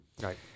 Right